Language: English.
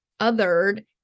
othered